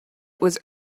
was